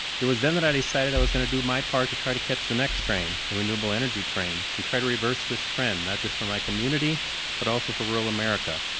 it was then that i decided i was going to do my part to try to catch the next train, the renewable energy train, and try to reverse this trend just for my community but also for rural america.